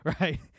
right